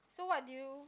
so what did you